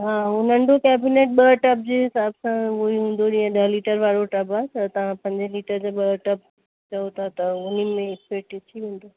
हा हू नंढो केबीनेट ॿ टब जे हिसाब सां हूअ ई हूंदो जीअं ॾह लीटर वारो टब आहे त तव्हां पंज लीटर जा ॿ टब त हुन में अची वेंदव